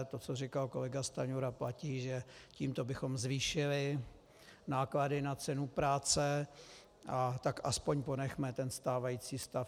To, co říkal kolega Stanjura, platí, že tímto bychom zvýšili náklady na cenu práce, a tak aspoň ponechme stávající stav.